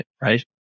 right